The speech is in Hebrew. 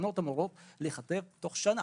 התקנות אמורות להיכתב תוך שנה,